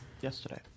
yesterday